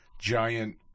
giant